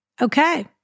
okay